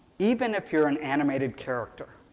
even if you are an animated character.